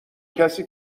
کسی